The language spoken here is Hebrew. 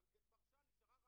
גם את זה שומעים.